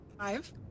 Five